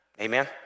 Amen